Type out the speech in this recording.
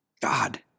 God